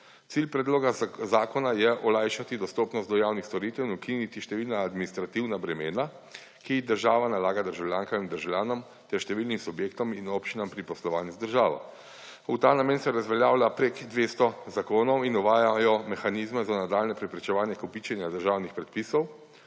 Cilj predloga zakona je olajšati dostopnost do javnih storitev in ukiniti številna administrativna bremena, ki jih država nalaga državljankam in državljanom ter številnim subjektom in občinam pri poslovanju z državo. V ta namen se razveljavlja prek 200 zakonov in uvajajo mehanizmi za nadaljnje preprečevanje kopičenja državnih predpisov.